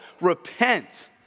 repent